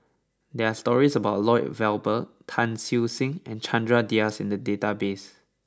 there are stories about Lloyd Valberg Tan Siew Sin and Chandra Das in the database